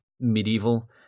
medieval